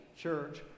church